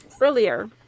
earlier